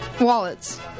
Wallets